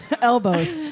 elbows